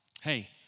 hey